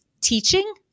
teaching